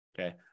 Okay